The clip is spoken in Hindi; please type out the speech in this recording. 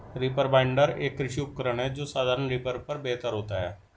रीपर बाइंडर, एक कृषि उपकरण है जो साधारण रीपर पर बेहतर होता है